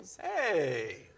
Hey